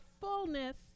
fullness